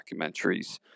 documentaries